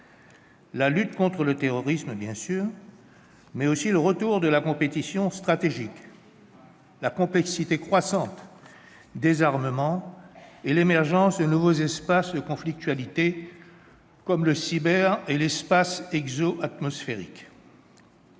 la lutte contre le terrorisme, bien sûr, mais aussi le retour de la compétition stratégique, la complexité croissante des armements et l'émergence de nouveaux espaces de conflictualité, comme le cyberespace et l'espace exoatmosphérique.